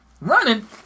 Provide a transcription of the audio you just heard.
Running